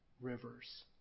rivers